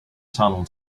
tunnel